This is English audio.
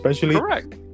Correct